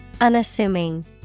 Unassuming